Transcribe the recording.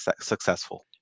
successful